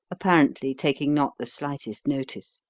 apparently taking not the slightest notice.